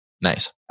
nice